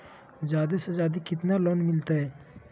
जादे से जादे कितना लोन मिलते?